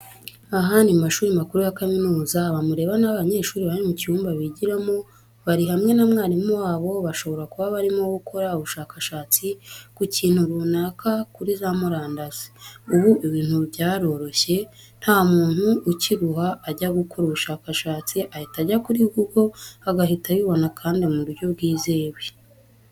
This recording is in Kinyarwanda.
Aha ni mu mashuri makuru ya kaminuza, aba mureba ni abanyeshuri bari mu cyumba bigiramo bari hamwe na mwarimu wabo, bashobora kuba barimo gukora ubushakashatsi ku kintu runaka kuri za murandasi. Ubu ibintu byaroroshye nta muntu ukiruha ajya gukora ubushakashatsi, ahita ajya kuri google agahita abibona kandi mu buryo bwizewe.